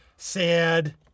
Sad